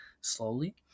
slowly